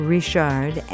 Richard